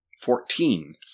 Fourteen